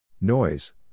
Noise